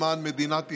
למען מדינת ישראל,